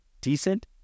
decent